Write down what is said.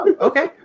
Okay